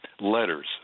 letters